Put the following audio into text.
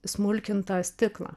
smulkintą stiklą